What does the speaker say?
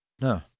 no